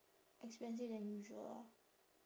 expensive than usual ah